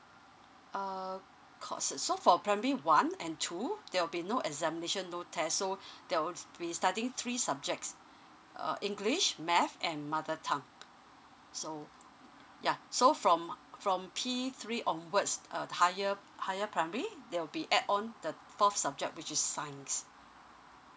uh courses so for primary one and two there will be no examination no test so they all be studying three subjects uh english math and mother tongue so yeah so from from P three onwards uh the higher higher primary there'll be add on the f~ fourth subject which is science